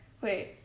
wait